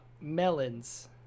melons